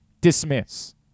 dismiss